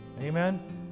Amen